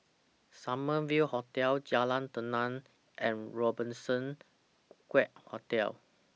Summer View Hotel Jalan Tenang and Robertson Quay Hotel